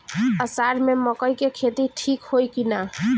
अषाढ़ मे मकई के खेती ठीक होई कि ना?